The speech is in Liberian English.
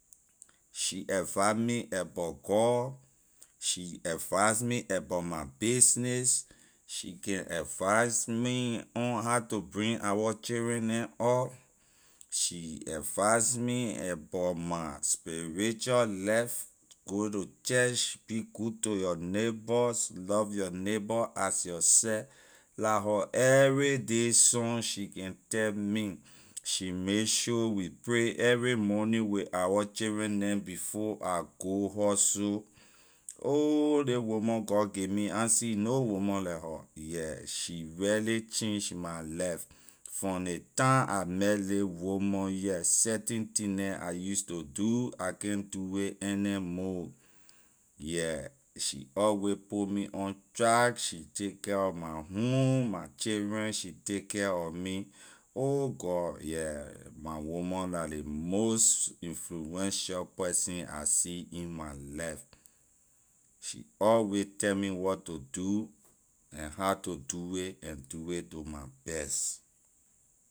She evai me about god she advise me about my business she can advise me on how to bring our children neh up she advise me about my spiritual life go to church be good to your neighbor love your neighbor as yourself la her everyday song she can tell me she make sure we pray every morning with our children neh before I go hustle ohh ley woman god give me I na see no woman like her yeah she really change my life from ley time I met ley woman here certain thing neh I use to do I can’t do it anymore yeah she alway put me on track she take care of my home my children she take care of me oh god yeah my woman la ley most influential person I see in my life she always tell me what to do and how to do it and do it to my best.